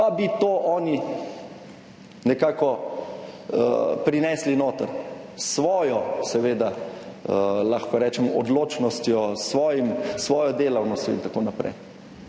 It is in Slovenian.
pa bi to oni nekako prinesli noter s svojo, seveda, lahko rečem, odločnostjo, s svojim svojo delavnostjo in tako naprej.